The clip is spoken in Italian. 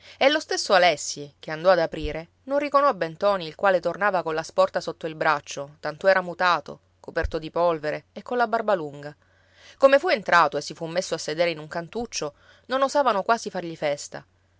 e lo stesso alessi che andò ad aprire non riconobbe ntoni il quale tornava colla sporta sotto il braccio tanto era mutato coperto di polvere e colla barba lunga come fu entrato e si fu messo a sedere in un cantuccio non osavano quasi fargli festa